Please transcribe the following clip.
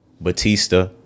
Batista